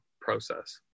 process